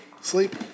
Sleep